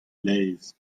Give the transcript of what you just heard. laezh